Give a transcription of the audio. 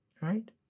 Right